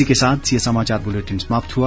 इसके साथ ये समाचार बुलेटिन समाप्त हुआ